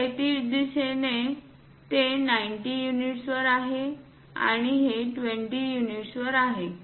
क्षैतिज दिशेने ते 90 युनिटवर आहे आणि हे 20 युनिटवर आहे